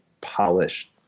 polished